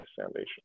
Foundation